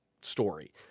story